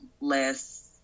less